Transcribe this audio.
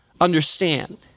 understand